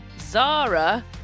Zara